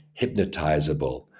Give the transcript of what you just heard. hypnotizable